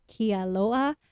Kialoa